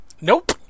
Nope